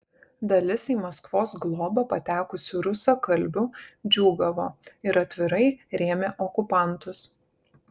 dalis į maskvos globą patekusių rusakalbių džiūgavo ir atvirai rėmė okupantus